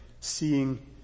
seeing